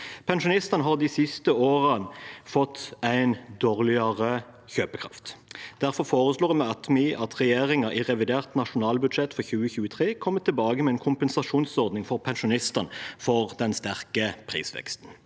Pensjonistene har de siste årene fått dårligere kjøpekraft. Derfor foreslår vi at regjeringen i revidert nasjonalbudsjett for 2023 kommer tilbake med en kompensasjonsordning for pensjonistene for den sterke prisveksten.